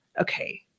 Okay